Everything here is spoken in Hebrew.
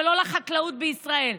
ולא לחקלאות בישראל.